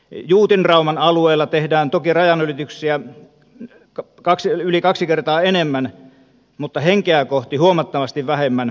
juutinrauman alueella tehdään toki rajanylityksiä yli kaksi kertaa enemmän mutta henkeä kohti huomattavasti vähemmän